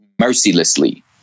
mercilessly